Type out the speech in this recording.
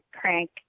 crank